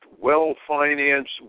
well-financed